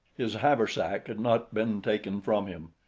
his haversack had not been taken from him.